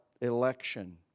election